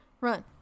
Run